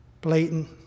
blatant